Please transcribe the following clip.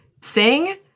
Sing